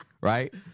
right